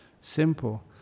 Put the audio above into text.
simple